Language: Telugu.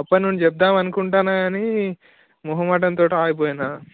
అప్పట్నుంచి చెప్దామనుకుంటాన్నా కానీ మొహమాటం తోటి ఆగిపోయినా